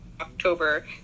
October